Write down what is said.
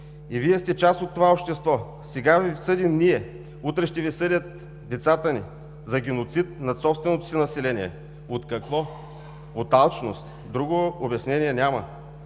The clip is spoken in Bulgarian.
и Вие сте част от това общество. Сега Ви съдим ние, утре ще Ви съдят децата ни за геноцид над собственото си население. От какво? От алчност. Друго обяснение няма.